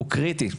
הוא קריטי.